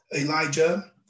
Elijah